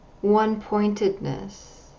one-pointedness